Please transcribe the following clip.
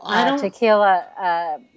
Tequila